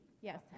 yes